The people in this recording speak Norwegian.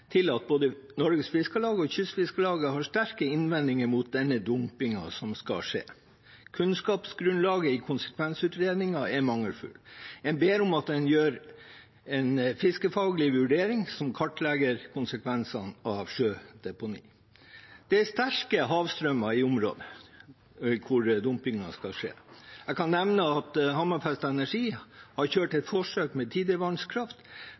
til at både Norges Fiskarlag og Kystfiskarlaget har sterke innvendinger mot denne dumpingen som skal skje. Kunnskapsgrunnlaget i konsekvensutredningen er mangelfullt. Man ber om at man gjør en fiskefaglig vurdering som kartlegger konsekvensene av sjødeponi. Det er sterke havstrømmer i området der dumpingen skal skje. Jeg kan nevne at Hammerfest Energi har kjørt et forsøk med